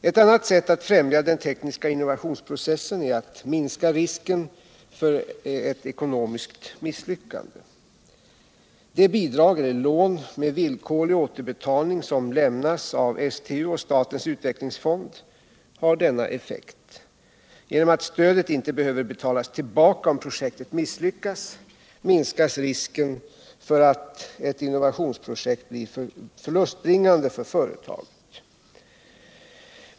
Ett annat sätt att främja den tekniska innovationsprocessen är att minska risken för ett ekonomiskt misslyckande. De bidrag eller lån med villkorlig återbetalning som lämnas av STU och statens utvecklingsfond har denna effekt. Genom att stödet inte behöver betalas tillbaka, om projektet misslyckas, minskas risken för att ett innovationsprojekt blir förlustbringande för företaget.